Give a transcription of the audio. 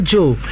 Joe